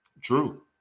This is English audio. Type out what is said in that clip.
True